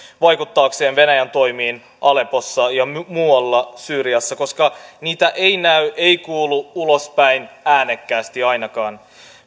vaikuttaakseen venäjän toimiin aleppossa ja muualla syyriassa koska se ei näy ei kuulu ulospäin äänekkäästi ainakaan